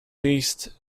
least